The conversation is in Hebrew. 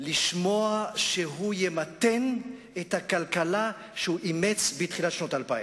לשמוע שהוא ימתן את הכלכלה שהוא אימץ בתחילת שנות האלפיים.